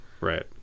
right